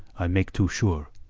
i make too sure.